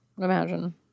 imagine